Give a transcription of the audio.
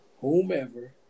Whomever